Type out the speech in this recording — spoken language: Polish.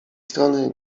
strony